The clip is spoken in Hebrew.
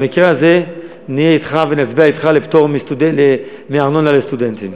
במקרה הזה נהיה אתך ונצביע אתך על פטור מארנונה לסטודנטים.